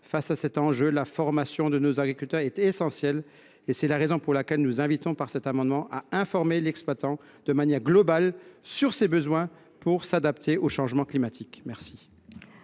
Face à cet enjeu, la formation de nos agriculteurs est essentielle. C’est la raison pour laquelle nous proposons, par cet amendement, que l’exploitant soit informé de manière globale sur ses besoins pour s’adapter au changement climatique. Les